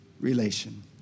relation